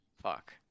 fuck